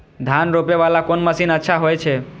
धान रोपे वाला कोन मशीन अच्छा होय छे?